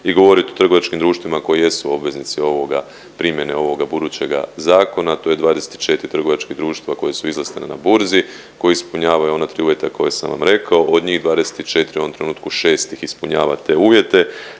i govoriti o trgovačkim društvima koji jesu obveznici primjene ovoga budućega zakona, tj. 24 trgovačkih društava koja su izlistana na burzi, koji ispunjavaju ona tri uvjeta koja sam vam rekao. Od njih 24 u ovom trenutku 6 ih ispunjava te uvjete